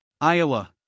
Iowa